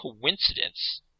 coincidence